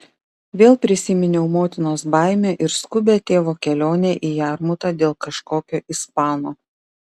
vėl prisiminiau motinos baimę ir skubią tėvo kelionę į jarmutą dėl kažkokio ispano